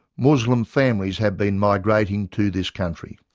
muslim families have been migrating to this country.